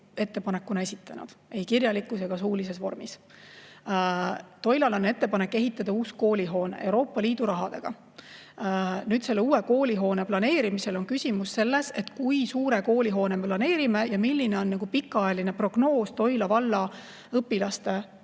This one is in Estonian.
Toilale esitanud ei kirjalikus ega suulises vormis. Toilale on ettepanek ehitada uus koolihoone Euroopa Liidu rahaga. Selle uue koolihoone planeerimisel on küsimus selles, kui suure koolihoone me planeerime ja milline on pikaajaline prognoos Toila valla õpilaste